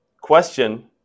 question